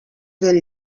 del